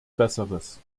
besseres